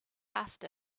asked